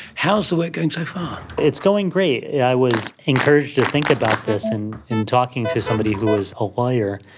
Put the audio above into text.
how is the work going so far? it's going great. yeah i was encouraged to think about this and in talking to somebody who was a lawyer,